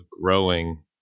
growing